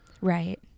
Right